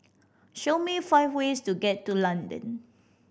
show me five ways to get to London